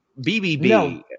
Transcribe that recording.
bbb